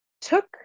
took